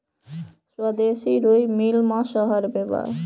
स्वदेशी रुई मिल मऊ शहर में बा